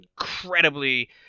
incredibly